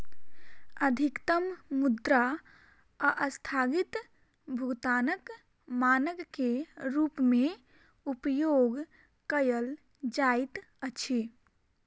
अधिकतम मुद्रा अस्थगित भुगतानक मानक के रूप में उपयोग कयल जाइत अछि